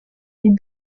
les